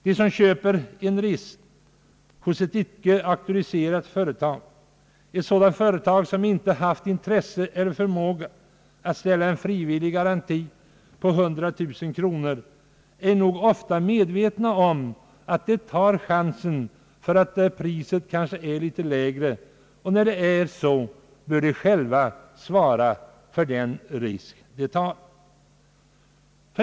De som köper en resa hos ett icke auktoriserat företag, d.v.s. ett företag som inte haft intresse eller förmåga att ställa en frivillig garanti på 100000 kronor, är nog ofta medvetna om att de tar en chans mot att få ett kanske något lägre pris. När det är så bör de själva svara för den risk de tar.